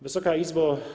Wysoka Izbo!